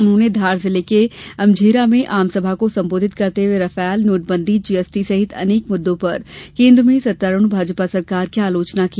उन्होंने धार जिले के अमझेरा में आम सभा को संबोधित करते हुए राफेल नोटबंदी जीएसटी सहित अनेक मुद्दों पर केन्द्र में सत्तारूढ़ भाजपा सरकार की आलोचना की